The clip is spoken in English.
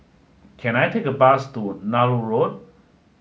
can I take a bus to Nallur Road